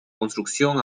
construcción